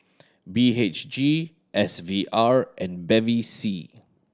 B H G S V R and Bevy C